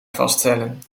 vaststellen